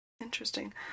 Interesting